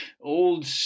old